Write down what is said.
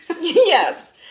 Yes